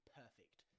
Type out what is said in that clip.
perfect